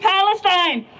Palestine